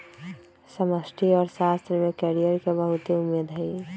समष्टि अर्थशास्त्र में कैरियर के बहुते उम्मेद हइ